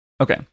okay